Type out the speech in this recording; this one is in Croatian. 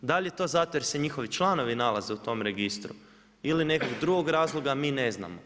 Da li je to zato jer se njihovi članove nalaze u tom registru ili nekog drugog razloga, mi ne znamo.